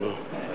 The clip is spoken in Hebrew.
תודה.